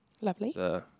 Lovely